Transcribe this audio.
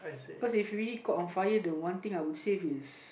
because if really caught on fire the one thing I would save is